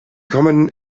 kommen